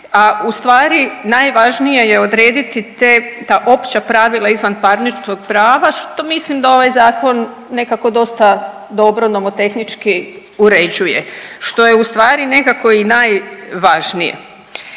a ustvari najvažnije je odrediti te ta opća pravila izvanparničnog prava što mislim da ovaj zakon nekako dosta dobro nomotehnički uređuje, što je ustvari i nekako najvažnije.